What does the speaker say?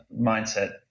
mindset